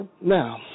now